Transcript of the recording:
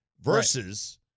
Versus